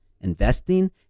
investing